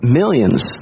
millions